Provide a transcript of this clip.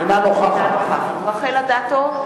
אינה נוכחת רחל אדטו,